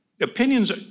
Opinions